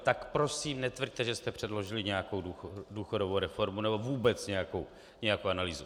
Tak prosím netvrďte, že jste předložili nějakou důchodovou reformu nebo vůbec nějakou analýzu.